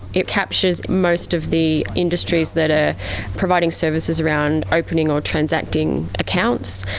it captures most of the industries that are providing services around opening or transacting accounts,